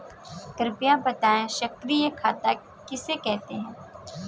कृपया बताएँ सक्रिय खाता किसे कहते हैं?